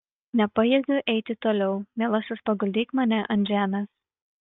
nepajėgiu eiti toliau mielasis paguldyk mane ant žemės